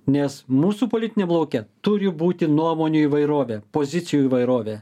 nes mūsų politiniam lauke turi būti nuomonių įvairovė pozicijų įvairovė